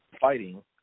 fighting